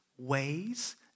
Ways